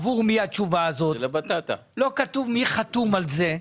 עבור מי התשובה הזאת, לא כתוב מי חתום על זה.